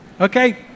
Okay